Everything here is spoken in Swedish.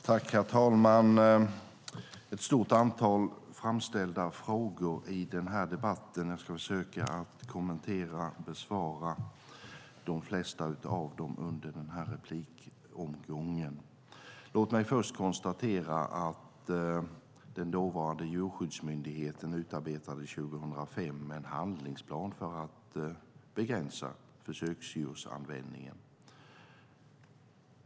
Herr talman! Ett stort antal frågor har ställts i debatten, och jag ska försöka kommentera och besvara de flesta av dem under detta inlägg. Låt mig först konstatera att den dåvarande djurskyddsmyndigheten 2005 utarbetade en handlingsplan för att begränsa försöksdjursanvändningen.